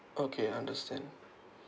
okay understand